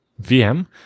VM